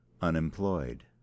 Unemployed